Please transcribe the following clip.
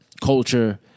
culture